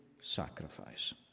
sacrifice